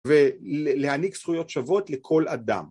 ולהעניק זכויות שוות לכל אדם.